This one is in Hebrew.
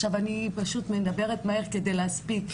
עכשיו אני פשוט מדברת מהר כדי להספיק.